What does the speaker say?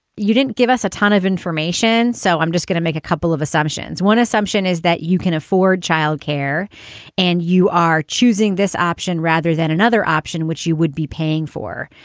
you didn't give us a ton of information. so i'm just going to make a couple of assumptions. one assumption is that you can afford child care and you are choosing this option rather than another option which you would be paying for.